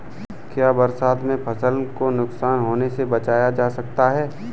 क्या बरसात में फसल को नुकसान होने से बचाया जा सकता है?